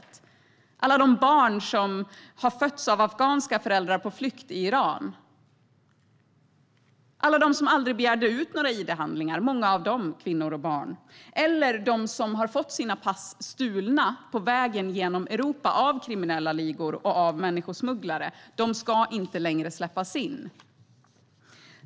Det handlar om alla de barn som har fötts i Iran av afghanska föräldrar på flykt, alla de som inte begärde ut några id-handlingar, många av dem kvinnor och barn, eller de som har fått sina pass stulna på vägen genom Europa av kriminella ligor och människosmugglare. De ska inte längre släppas in.